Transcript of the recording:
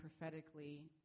prophetically